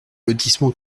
lotissement